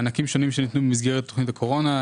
מענקים שונים שניתנו במסגרת תכנית הקורונה.